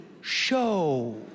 show